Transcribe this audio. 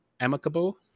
Amicable